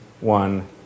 one